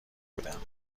بودم